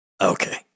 Okay